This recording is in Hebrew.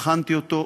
בחנתי אותו.